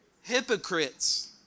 Hypocrites